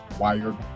wired